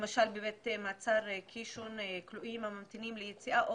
למשל בבית מעצר קישון כלואים הממתינים ליציאה או